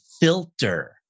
filter